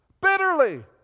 bitterly